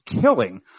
killing